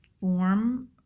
form